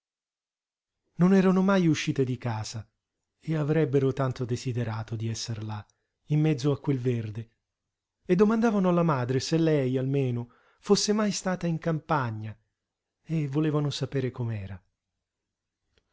non erano mai uscite di casa e avrebbero tanto desiderato di esser là in mezzo a quel verde e domandavano alla madre se lei almeno fosse mai stata in campagna e volevano sapere